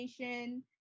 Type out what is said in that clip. education